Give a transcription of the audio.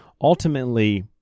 Ultimately